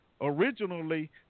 originally